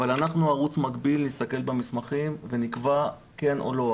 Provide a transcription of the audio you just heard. אבל אנחנו ערוץ מקביל להסתכל במסמכים ונקבע כן או לא.